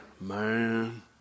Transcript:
man